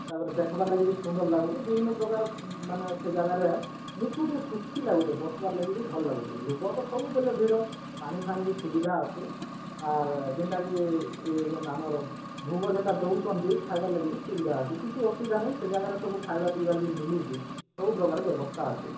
ତାପରେ ଦେଖ୍ବା ଲାଗି ବି ସୁନ୍ଦର ଲାଗୁଛି ବିଭିନ୍ନ ପ୍ରକାର ମାନେ ସେ ଜାଗାରେ ନିଜ୍କୁ ଟିକେ ଖୁସି ଲାଗୁଛେ ବସିବାର୍ ଲାଗି ବି ଭଲ ଲାଗୁଛେ ଲୁକ ତ ସବୁବେଳେ ଭିଡ଼ ପାଣି ଫାଣୀ ବି ସୁବିଧା ଅଛେ ଆର ଯେନ୍ତାକି ଯେନ୍ ଆମର ଭୁଗ ଯେନ୍ତା ଦେଉଛନ୍ତି ଖାଇବାର ଲାଗିକି ସୁବିଧା ଅଛି କିଛି ଅସୁବିଧା ନାଇଁ ସେ ଜାଗାରେ ସବୁ ଖାଇବା ପିଇବା ବି ମିଲୁଛେ ସବୁ ପ୍ରକାରର ବ୍ୟବସ୍ଥା ଅଛେ